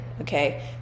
okay